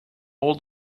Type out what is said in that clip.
all